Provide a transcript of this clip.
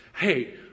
Hey